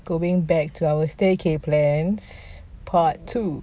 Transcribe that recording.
going back to our stay cay plans part two